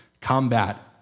combat